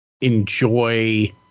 enjoy